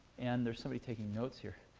and there's somebody taking notes here.